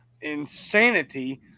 insanity